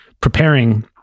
preparing